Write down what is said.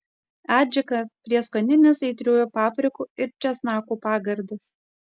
adžika prieskoninis aitriųjų paprikų ir česnakų pagardas